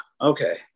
Okay